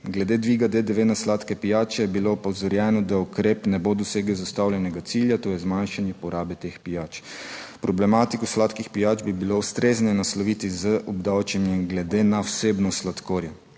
glede dviga DDV na sladke pijače je bilo opozorjeno, da ukrep ne bo dosegel zastavljenega cilja, to je zmanjšanje porabe teh pijač. Problematiko sladkih pijač bi bilo ustrezneje nasloviti z obdavčenjem glede na vsebnost sladkorja.